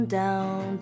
down